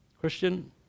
Christian